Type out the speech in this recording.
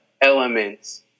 elements